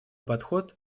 подход